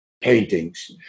paintings